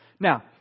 Now